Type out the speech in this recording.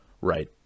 right